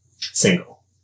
single